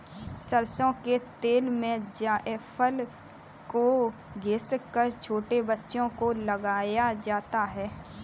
सरसों के तेल में जायफल को घिस कर छोटे बच्चों को लगाया जाता है